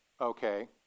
Okay